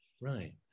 Right